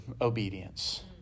obedience